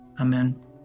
Amen